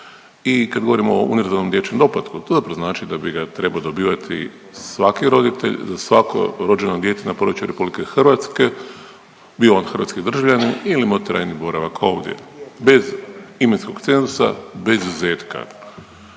i kad govorimo o univerzalnom dječjem doplatku to dobro znači da bi ga trebao dobivati svaki roditelj za svako rođeno dijete na području RH bio on hrvatski državljanin ili imao trajni boravak ovdje bez imovinskog cenzusa, bez izuzetka.